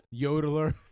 Yodeler